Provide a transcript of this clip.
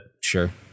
sure